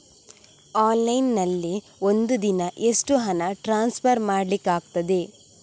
Online ನಲ್ಲಿ ಒಂದು ದಿನ ಎಷ್ಟು ಹಣ ಟ್ರಾನ್ಸ್ಫರ್ ಮಾಡ್ಲಿಕ್ಕಾಗ್ತದೆ?